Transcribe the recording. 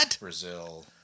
Brazil